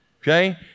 okay